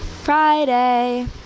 Friday